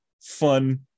fun